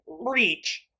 reach